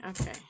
Okay